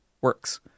works